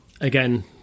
Again